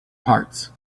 parts